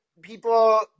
people